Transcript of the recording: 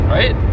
Right